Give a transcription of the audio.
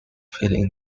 feeling